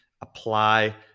apply